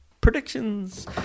predictions